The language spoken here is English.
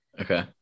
Okay